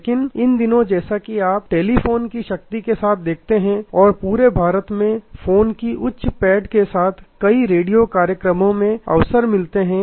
लेकिन इन दिनों जैसा कि आप टेलीफोन की शक्ति के साथ देखते हैं और पूरे भारत में फोन की उच्च पैठ के साथ कई रेडियो कार्यक्रमों में अवसर मिलते हैं